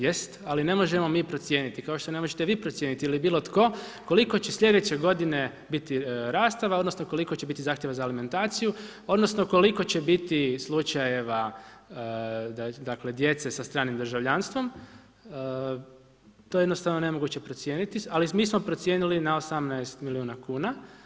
Jest, ali ne možemo mi procijeniti kao što ne možete vi procijeniti ili bilo tko koliko će slijedeće godine biti rastava, odnosno koliko će biti zahtjeva za alimentaciju odnosno koliko će biti slučajeva dakle djece sa stranim državljanstvom, to je jednostavno nemoguće procijeniti, ali mi smo procijenili na 18 milijuna kuna.